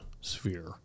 sphere